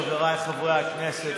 חבריי חברי הכנסת,